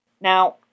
Now